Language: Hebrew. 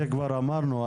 את זה כבר אמרנו,